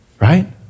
Right